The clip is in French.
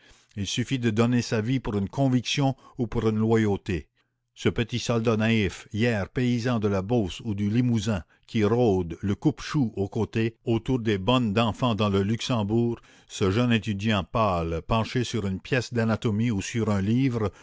il suffit de donner sa vie pour une conviction ou pour une loyauté ce petit soldat naïf hier paysan de la beauce ou du limousin qui rôde le coupe chou au côté autour des bonnes d'enfants dans le luxembourg ce jeune étudiant pâle penché sur une pièce d'anatomie ou sur un livre